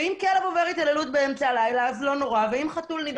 ואם כלב עובר התעללות באמצע הלילה אז לא נורא